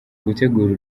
gutegura